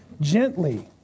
gently